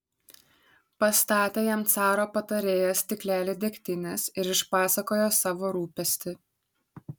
pastatė jam caro patarėjas stiklelį degtinės ir išpasakojo savo rūpestį